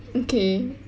okay